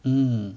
mm